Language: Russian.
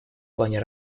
плане